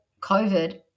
COVID